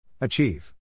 Achieve